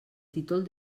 títol